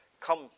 come